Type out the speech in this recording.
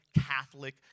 Catholic